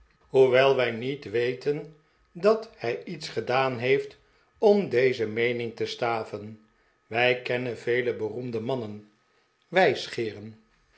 hoewel wij niet weten dat hij iets gedaan heeft om deze meening te staven wij kennen vele beroemde mannen